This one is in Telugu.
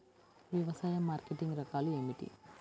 వ్యవసాయ మార్కెటింగ్ రకాలు ఏమిటి?